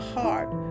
heart